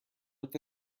earth